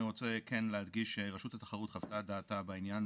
אני רוצה כן להדגיש שרשות התחרות חיוותה את דעתה בעניין